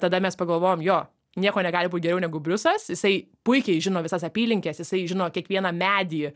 tada mes pagalvojom jo nieko negali būt geriau negu briusas jisai puikiai žino visas apylinkes jisai žino kiekvieną medį